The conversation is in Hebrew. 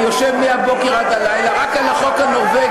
אני יושב מהבוקר עד הלילה רק על החוק הנורבגי.